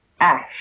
Ash